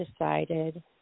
decided